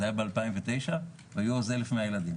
זה היה ב-2009 והיו אז 1,100 ילדים.